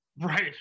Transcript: Right